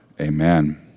Amen